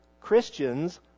Christians